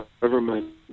government